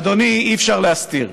אדוני, אי-אפשר להסתיר,